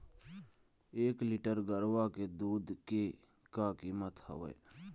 एक लीटर गरवा के दूध के का कीमत हवए?